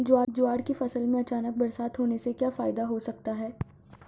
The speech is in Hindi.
ज्वार की फसल में अचानक बरसात होने से क्या फायदा हो सकता है?